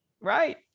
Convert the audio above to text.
Right